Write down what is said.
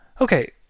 Okay